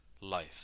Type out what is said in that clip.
life